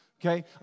Okay